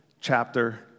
chapter